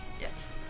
Yes